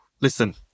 listen